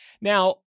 now